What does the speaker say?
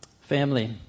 Family